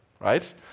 right